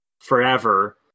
forever